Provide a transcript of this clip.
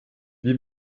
wie